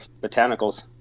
Botanicals